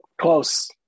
Close